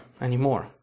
anymore